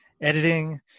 editing